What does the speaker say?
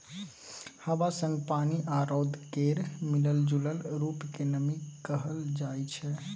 हबा संग पानि आ रौद केर मिलल जूलल रुप केँ नमी कहल जाइ छै